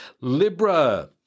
Libra